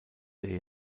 der